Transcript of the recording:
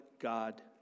God